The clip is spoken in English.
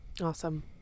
Awesome